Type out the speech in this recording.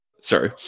Sorry